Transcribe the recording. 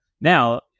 now